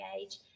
age